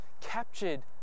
captured